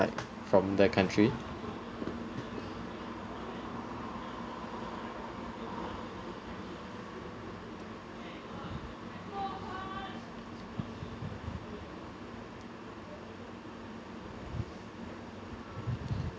like from their country